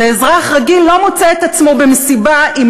ואזרח רגיל לא מוצא את עצמו במסיבה עם